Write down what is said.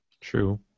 True